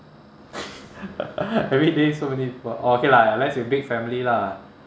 everyday so many people oh okay lah unless big family lah